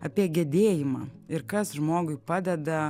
apie gedėjimą ir kas žmogui padeda